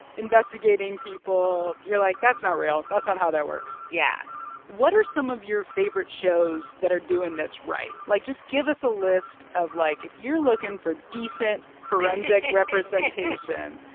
investigating people, you're like, that's not real that's not how that works yeah what are some of your favorite shows that are doing this right? like, just give us a list of like, if you're looking for decent forensic representation.